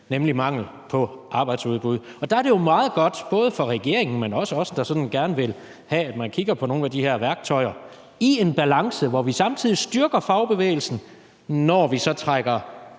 der er mangel på arbejdsudbud. Og der er det jo meget godt for regeringen at vide, men også for os, der gerne vil have, at der kigges på nogle af de her værktøjer – i en balance, hvor vi samtidig styrker fagbevægelsen, når vi så trækker